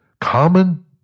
common